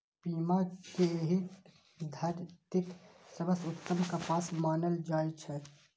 पीमा कें एहि धरतीक सबसं उत्तम कपास मानल जाइ छै